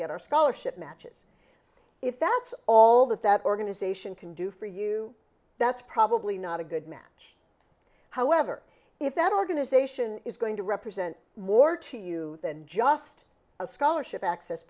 our scholarship matches if that's all that that organization can do for you that's probably not a good match however if that organization is going to represent more to you than just a scholarship access